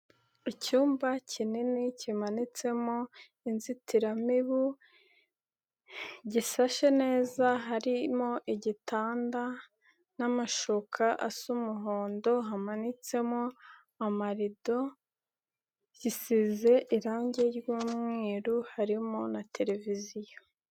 Icyumba kinini kimanitsemo inzitiramibu, gisashe neza harimo igitanda n'amashuka asa umuhondo, hamanitsemo amarido, gisize irange ry'umweru harimo na televiziyo.